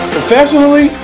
Professionally